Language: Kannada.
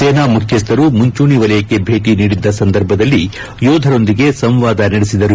ಸೇನಾ ಮುಖ್ಯಸ್ಥರು ಮುಂಚೂಣಿ ವಲಯಕ್ಕೆ ಭೇಟಿ ನೀಡಿದ್ದ ಸಂದರ್ಭದಲ್ಲಿ ಯೋಧರೊಂದಿಗೆ ಸಂವಾದ ನಡೆಸಿದರು